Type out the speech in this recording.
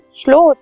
slow